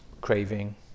craving